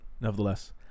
nevertheless